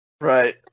Right